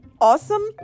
awesome